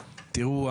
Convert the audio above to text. תראו,